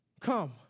Come